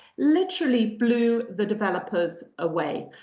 literally blew the developers away.